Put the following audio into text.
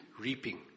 reaping